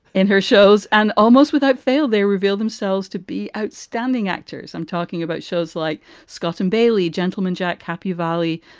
in her shows. and almost without fail, they reveal themselves to be outstanding actors. i'm talking about shows like scott and bailey, gentleman, jack, happy valley,